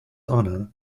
honour